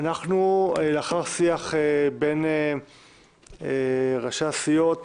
לאחר שיח בין ראשי הסיעות